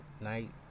night